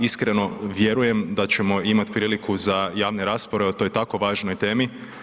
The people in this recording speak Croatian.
Iskreno vjerujem da ćemo imati priliku za javne rasprave o toj tako važnoj temi.